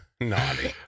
Naughty